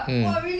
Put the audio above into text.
mm